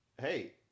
hey